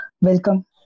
Welcome